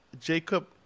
Jacob